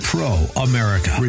Pro-America